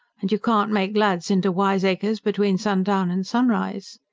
and you can't make lads into wiseacres between sundown and sunrise.